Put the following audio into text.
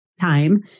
time